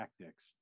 tactics